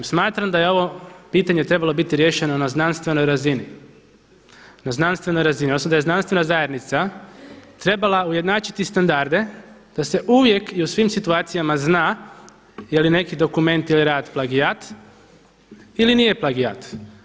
Smatram da je ovo pitanje trebalo biti riješeno na znanstvenoj razini, odnosno da je znanstvena zajednica trebala ujednačiti standarde da se uvijek i u svim situacijama zna je li neki dokument ili rad plagijat ili nije plagijat.